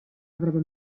avrebbe